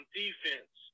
defense